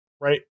right